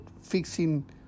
fixing